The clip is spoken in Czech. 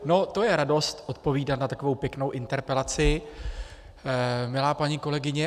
No, to je radost, odpovídat na takovou pěknou interpelaci, milá paní kolegyně.